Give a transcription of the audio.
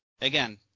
again